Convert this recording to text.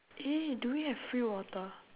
eh do we have free water